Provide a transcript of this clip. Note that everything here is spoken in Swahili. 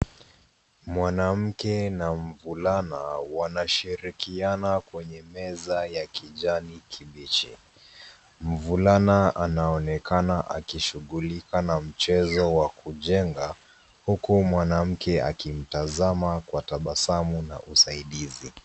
Mwanamke na mvulana wanashirikiana kwenye meza ya kijani kibichi. Mvulana anaonekana akishughulika na mchezo wa kujenga huku mwanamke akimtazama kwa tabasamu na usaidizi.